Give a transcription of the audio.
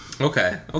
okay